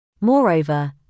Moreover